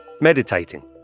meditating